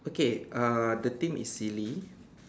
okay uh the theme is silly